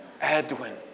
Edwin